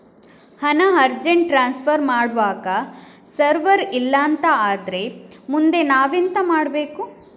ಹಣ urgent transfer ಮಾಡ್ವಾಗ server ಇಲ್ಲಾಂತ ಆದ್ರೆ ಮುಂದೆ ನಾವೆಂತ ಮಾಡ್ಬೇಕು?